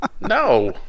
No